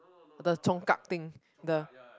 the Congkak thing the